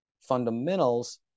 fundamentals